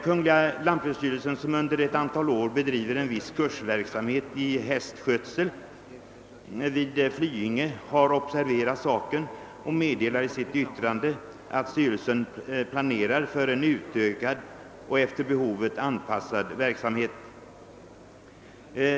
Kungl. lantbruksstyrelsen, som under ett antal år bedrivit en viss kursverksamhet i hästskötsel vid Flyinge, har observerat det föreliggande behovet av utbildning och anför i sitt yttrande att styrelsen planerar för en utökad och efter behovet anpassad verksamhet.